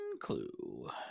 clue